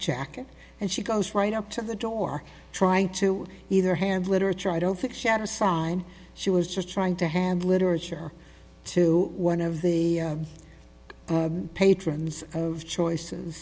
jacket and she goes right up to the door trying to either hand literature i don't think she had a song she was just trying to hand literature to one of the patrons of choices